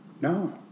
No